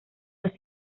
los